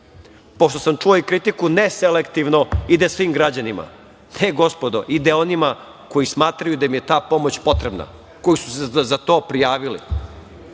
pošto sam čuo i kritiku neselektivno ide svim građanima. Ne, gospodo. Ide onima koji smatraju da im je ta pomoć potrebna, koji su se za to prijavili.